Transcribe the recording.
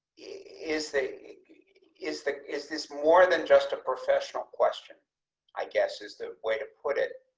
is the is the, is this more than just a professional question i guess is the way to put it.